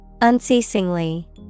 Unceasingly